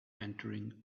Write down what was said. entering